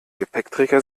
gepäckträger